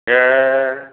ए